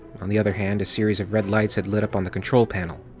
on the other hand, a series of red lights had lit up on the control panel.